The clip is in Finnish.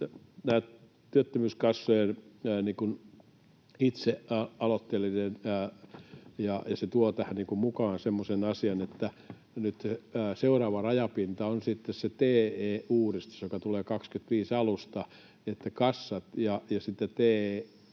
työttömyyskassojen oma aloitteellisuus tuo tähän mukaan semmoisen asian, että nyt seuraava rajapinta on sitten se TE-uudistus, joka tulee vuoden 25 alusta, että kassat ja sitten